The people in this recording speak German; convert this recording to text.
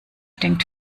denkt